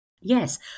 Yes